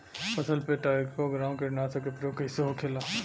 फसल पे trichogramma कीटनाशक के प्रयोग कइसे होखेला?